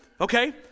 okay